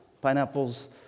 Pineapples